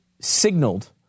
signaled